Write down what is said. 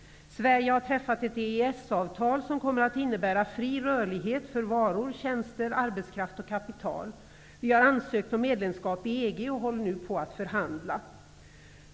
Sverige har träffat ett EES-avtal som kommer att innebära fri rörlighet för varor, tjänster, arbetskraft och kapital. Vi har ansökt om medlemskap i EG och håller nu på att förhandla.